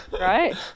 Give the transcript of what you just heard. right